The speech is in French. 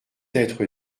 être